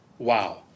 wow